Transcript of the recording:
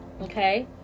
okay